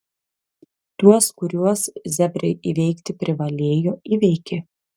tuos kuriuos zebrai įveikti privalėjo įveikė